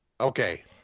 Okay